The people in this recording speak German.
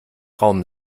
raum